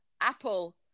Apple